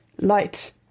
light